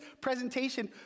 presentation